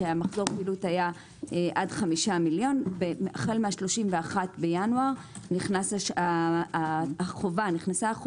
שמחזור הפעילות היה עד 5 מיליון והחל מ-31.1 נכנסה החובה,